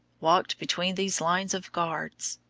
walked between these lines of guards.